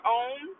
own